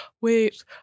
wait